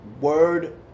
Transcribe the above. word